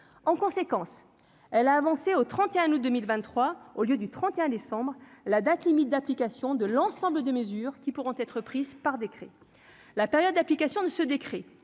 en conséquence, elle a avancé au 31 août 2000 23 au lieu du 31 décembre la date limite d'application de l'ensemble des mesures qui pourront être prises par décret la période d'application de ce décret